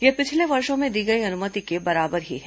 यह पिछले वर्षों में दी गई अनुमति के बराबर ही है